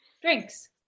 Drinks